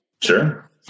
Sure